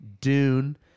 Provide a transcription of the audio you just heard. Dune